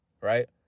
Right